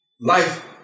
life